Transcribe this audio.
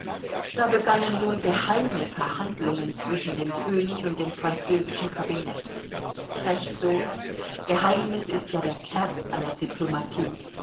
da begannen nun geheime verhandlungen zwischen dem könig und dem französischen kabinett recht so geheimnis ist ja der kern aller diplomatie